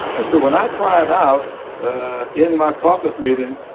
and so when i cried out in my caucus meeting,